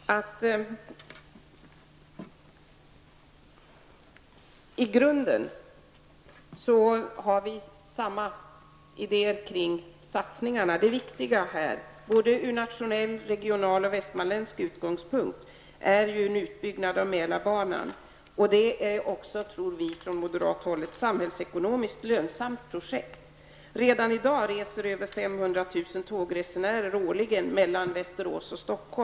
Herr talman! I grunden har vi samma idé beträffande satsningarna. Det viktiga i detta sammanhang, ur nationell, regional och västmanländsk utgångspunkt, är en utbyggnad av Mälarbanan. Vi från moderat håll tror att det också är ett samhällsekonomiskt lönsamt projekt. Redan i dag reser över 500 000 tågresenärer mellan Västerås och Stockholm.